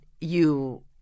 you-